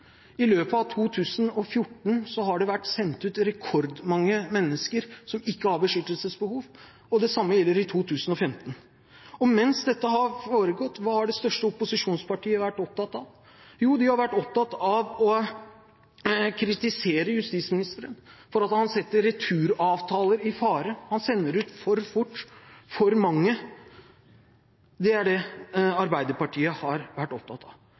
I løpet av 2014 har det vært sendt ut rekordmange mennesker som ikke har beskyttelsesbehov, og det samme gjelder i 2015. Og mens dette har foregått, hva har det største opposisjonspartiet vært opptatt av? Jo, de har vært opptatt av å kritisere justisministeren for å sette returavtaler i fare – han sender ut for fort for mange. Det er det Arbeiderpartiet har vært opptatt av.